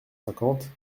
cinquante